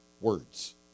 words